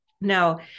Now